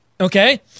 Okay